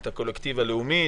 את הקולקטיב הלאומי,